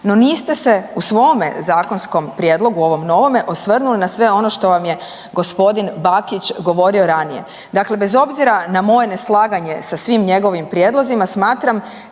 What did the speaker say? no niste se u svome zakonskom prijedlogu, ovom novome, osvrnuli na sve ono što vam je gospodin Bakić govorio ranije. Dakle, bez obzira na moje neslaganje sa svim njegovim prijedlozima, smatram